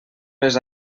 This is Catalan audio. les